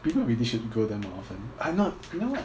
people really should go there more often I'm not you know what